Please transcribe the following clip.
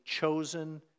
chosen